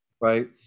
right